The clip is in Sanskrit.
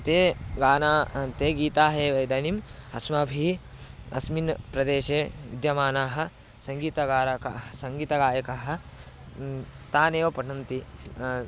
ते गानं ते गीताः एव इदानीम् अस्माभिः अस्मिन् प्रदेशे विद्यमानाः सङ्गीतगारकः सङ्गीतगायकाः तानेव पठन्ति